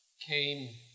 came